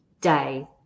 day